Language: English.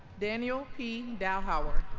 daniel p. dowhower